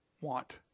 want